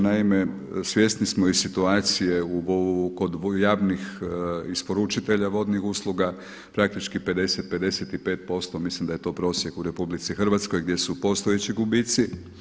Naime, svjesni smo situacije kod javnih isporučitelja vodnih usluga, praktički 50, 55% mislim da je to prosjek u RH gdje su postojeći gubici.